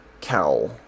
cowl